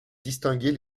distinguer